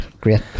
Great